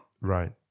Right